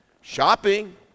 Shopping